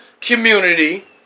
community